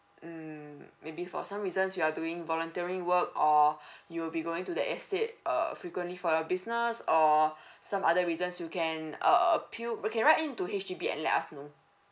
mm maybe for some reasons you are doing volunteering work or you'll be going to that estate uh frequently for your business or some other reasons you can uh appeal you can write into H_D_B and let us know